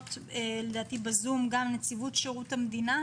להעלות בזום גם נציבות שירות המדינה,